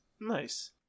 nice